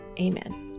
Amen